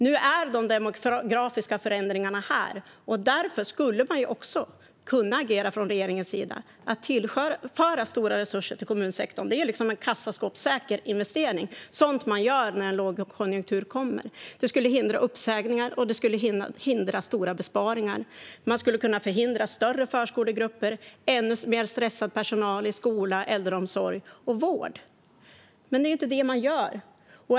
Nu är de demografiska förändringarna här. Därför skulle man också kunna agera från regeringens sida och tillföra stora resurser till kommunsektorn. Det är liksom en kassaskåpssäker investering, sådant man gör när en lågkonjunktur kommer. Det skulle förhindra uppsägningar och stora besparingar. Man skulle kunna förhindra större förskolegrupper och ännu mer stressad personal i skola, äldreomsorg och vård. Men det är inte det man gör.